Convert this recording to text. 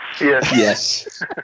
Yes